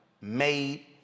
made